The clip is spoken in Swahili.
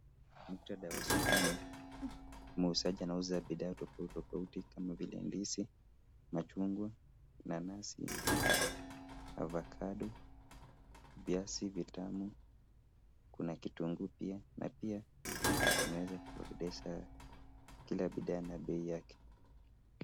Muktadha wa sokoni, muuzaji anauza bidhaa tofauti tofauti kama vile ndizi, machungwa, nanasi, ovacado, viazi vitamu kuna kitunguu pia, na pia ameweza kuorodhesha kila bidhaa na bei yake.